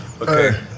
Okay